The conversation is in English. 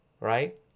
Right